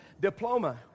diploma